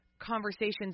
conversations